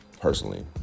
personally